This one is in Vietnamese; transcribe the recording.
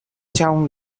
trong